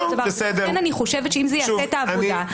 לכן אני חושבת שאם זה יעשה את העבודה,